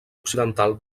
occidental